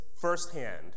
firsthand